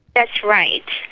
that's right.